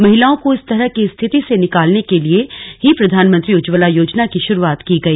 महिलाओं को इस तरह की स्थिति से निकालने के लिए ही प्रधानमंत्री उज्जवला योजना की शुरुआत की गई